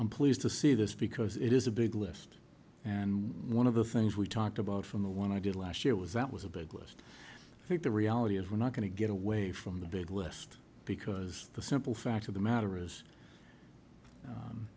i'm pleased to see this because it is a big list and one of the things we talked about from the one i did last year was that was a big list i think the reality is we're not going to get away from the big list because the simple fact of the matter is